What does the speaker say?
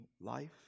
life